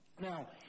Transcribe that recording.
Now